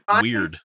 weird